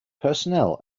personnel